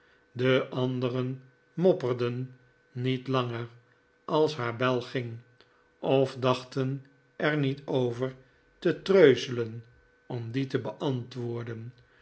de anderen mopperden niet langer als haar bel ging of dachten er niet over te treuzelen om die te beantwoorden